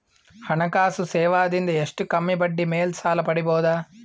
ಹಣಕಾಸು ಸೇವಾ ದಿಂದ ಎಷ್ಟ ಕಮ್ಮಿಬಡ್ಡಿ ಮೇಲ್ ಸಾಲ ಪಡಿಬೋದ?